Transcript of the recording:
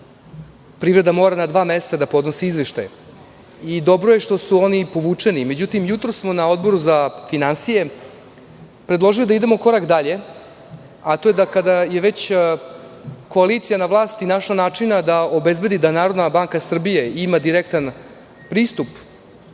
da privreda mora na dva meseca da podnosi izveštaje, dobro je što su oni i povučeni.Međutim, jutros smo na Odboru za finansije predložili da idemo korak dalje, a to je da kada je već koalicija na vlasti našla načina da obezbedi da NBS ima direktan pristup